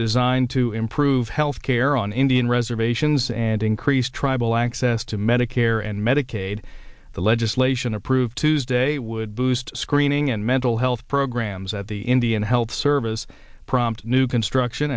designed to improve health care on indian reservations and increased tribal access to medicare and medicaid the legislation approved tuesday would boost screening and mental health programs at the indian health service prompt new construction